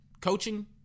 coaching